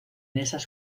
esas